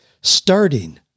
Starting